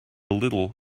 little